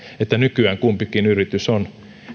nykyään kumpikin yritys on